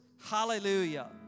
Hallelujah